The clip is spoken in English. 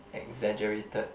exaggerated